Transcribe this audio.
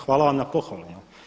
Hvala vam na pohvali.